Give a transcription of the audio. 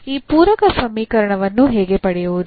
ಈ ಪೂರಕ ಸಮೀಕರಣವನ್ನು ಹೇಗೆ ಪಡೆಯುವುದು